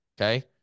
okay